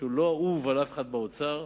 שלא אהוב על אף אחד באוצר,